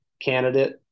candidate